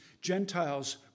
Gentiles